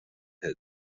hit